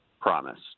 promise